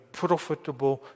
profitable